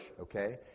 okay